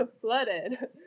flooded